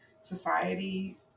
society